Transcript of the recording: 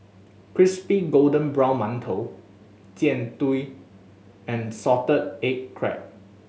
crispy golden brown mantou Jian Dui and salted egg crab